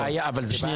אבל זו בעיה חוקית.